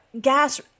gas